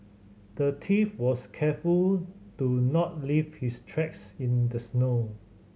the thief was careful to not leave his tracks in the snow